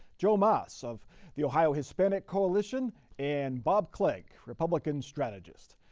joe mas of the ohio hispanic coalition and bob clegg, republican strategist.